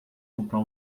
comprar